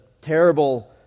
terrible